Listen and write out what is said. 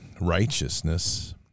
righteousness